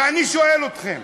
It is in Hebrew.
ואני שואל אתכם,